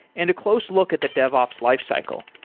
and a close look at the dev ops lifecycle,